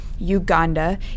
Uganda